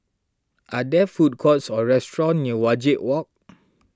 are there food courts or restaurants near Wajek Walk